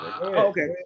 Okay